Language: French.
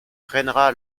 freinera